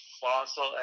fossil